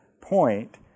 point